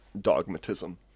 dogmatism